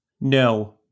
No